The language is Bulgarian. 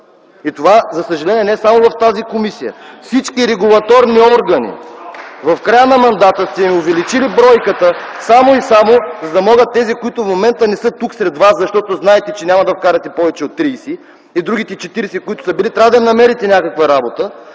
И това за съжаление не е само в тази комисия. На всички регулаторни органи в края на мандата сте увеличили бройката, само и само за да могат тези, които в момента не са тук сред вас, защото знаете, че няма да вкарате повече от 30 и на другите 40, които са били, трябва да им намерите някаква работа,